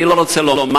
אני לא רוצה לומר,